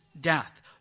death